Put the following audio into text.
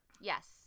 Yes